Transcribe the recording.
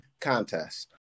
contest